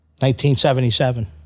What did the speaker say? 1977